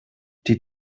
die